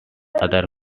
other